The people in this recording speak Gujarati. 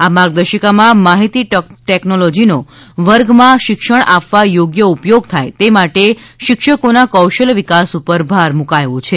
આ માર્ગદર્શિકામાં માહિતી ટેકનોલોજીના વર્ગમાં શિક્ષણ આપવા યોગ્ય ઉપયોગ થાય તે માટે શિક્ષકોના કૌશલ્ય વિકાસ ઉપર ભાર મૂકાયો છે